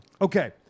Okay